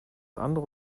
andere